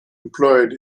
employed